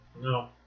No